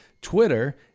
Twitter